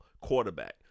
quarterback